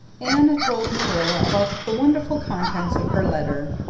anne told marilla about the wonderful contents of her letter.